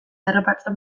harrapatzen